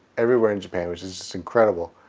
everywhere in japan, which is just incredible